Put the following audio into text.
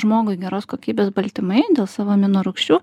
žmogui geros kokybės baltymai dėl savo amino rūgščių